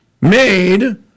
made